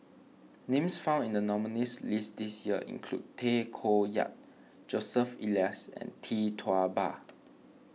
names found in the nominees' list this year include Tay Koh Yat Joseph Elias and Tee Tua Ba